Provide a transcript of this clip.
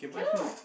cannot